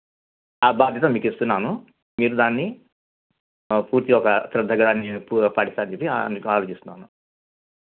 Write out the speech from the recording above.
ఆ బాధ్యత మీకు ఇస్తున్నాను మీరు దాన్ని పూర్తిగా ఒక శ్రద్దగా అన్ని పూ పాటిస్తారు అని అని చెప్పి అందుకు ఆలోచిస్తున్నాను